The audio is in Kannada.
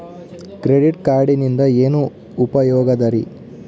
ಕ್ರೆಡಿಟ್ ಕಾರ್ಡಿನಿಂದ ಏನು ಉಪಯೋಗದರಿ?